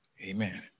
Amen